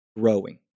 growing